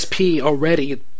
already